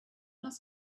must